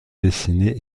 dessinée